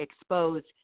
exposed